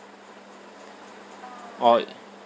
or